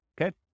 Okay